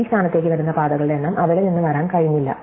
ഈ സ്ഥാനത്തേക്ക് വരുന്ന പാതകളുടെ എണ്ണം അവിടെ നിന്ന് വരാൻ കഴിഞ്ഞില്ല